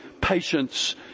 patience